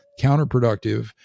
counterproductive